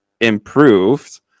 improved